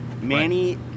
Manny